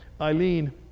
Eileen